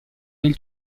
nel